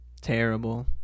terrible